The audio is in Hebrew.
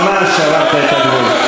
ממש עברת את הגבול.